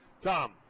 Tom